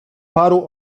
paru